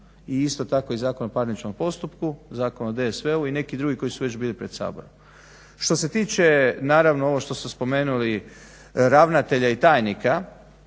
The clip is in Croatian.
i isto tako i Zakon o parničnom postupku, Zakon o DSV-u i neki drugi koji su već bili pred Saborom. Što se tiče naravno ovo što ste spomenuli ravnatelja i tajnika,